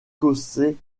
cossé